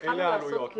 עזוב.